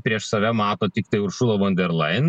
prieš save mato tiktai uršula vonderlajen